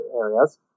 areas